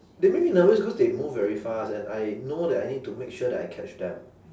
they make me nervous because they move very fast and I know that I need to make sure that I catch them